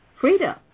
freedom